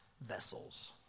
vessels